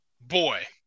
Boy